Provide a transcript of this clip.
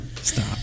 Stop